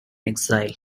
exile